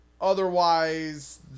otherwise